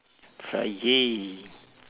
friyay